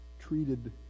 treated